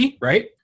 right